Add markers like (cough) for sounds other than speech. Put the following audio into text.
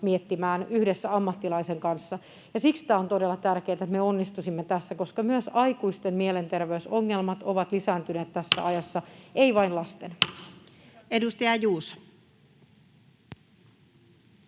miettimään yhdessä ammattilaisen kanssa. On todella tärkeätä, että me onnistuisimme tässä, koska myös aikuisten mielenterveysongelmat ovat lisääntyneet tässä ajassa, (noise) ei vain lasten. Edustaja Juuso.